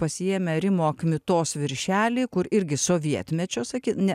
pasiėmę rimo kmitos viršelį kur irgi sovietmečio sakyt ne